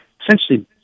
essentially